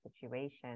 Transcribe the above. situation